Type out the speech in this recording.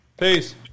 Peace